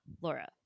Laura